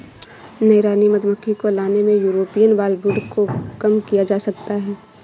नई रानी मधुमक्खी को लाने से यूरोपियन फॉलब्रूड को कम किया जा सकता है